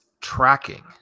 tracking